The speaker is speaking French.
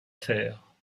faire